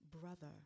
brother